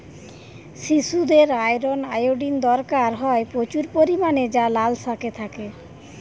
শিশুদের iron, iodine দরকার হয় প্রচুর পরিমাণে যা লাল শাকে থাকে